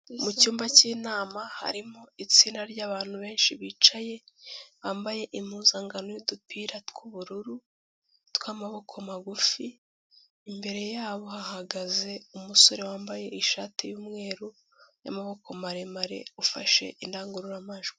Mu cyumba cy'inama harimo itsinda ry'abantu benshi bicaye, bambaye impuzankano y'udupira tw'ubururu tw'amaboko magufi. Imbere yabo hahagaze umusore wambaye ishati y'umweru y'amaboko maremare ufashe indangururamajwi.